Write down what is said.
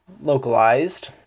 localized